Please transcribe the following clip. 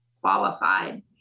qualified